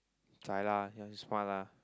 cry lah you want to smile lah